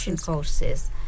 courses